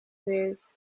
beza